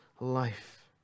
life